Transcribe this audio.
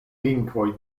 lingvoj